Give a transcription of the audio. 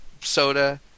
soda